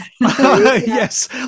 Yes